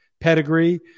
pedigree